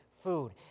food